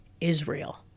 Israel